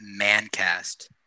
Mancast